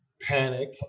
panic